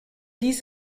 dies